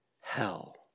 hell